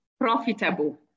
profitable